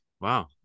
Wow